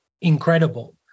incredible